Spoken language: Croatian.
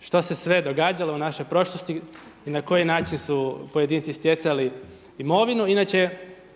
što se sve događalo u našoj prošlosti i na koji način su pojedinci stjecali imovinu. Inače